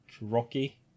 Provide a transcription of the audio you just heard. Rocky